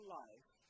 life